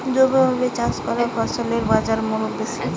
জৈবভাবে চাষ করা ফসলের বাজারমূল্য বেশি